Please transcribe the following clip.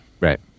Right